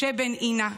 משה בן אינה,